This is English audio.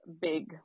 big